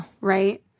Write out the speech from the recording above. Right